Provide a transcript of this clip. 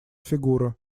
фигура